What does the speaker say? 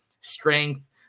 strength